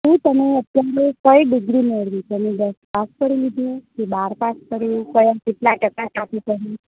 શું તમે અત્યારે કઈ ડીગ્રી મેળવી છે તમે દસ પાસ કરી લીધું કે બાર પાસ કર્યું કયા કેટલાં ટકા સાથે કર્યું